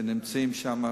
נמצאות שם.